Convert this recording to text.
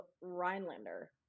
Rhinelander